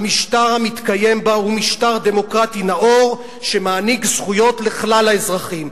המשטר המתקיים בה הוא משטר דמוקרטי נאור שמעניק זכויות לכלל האזרחים".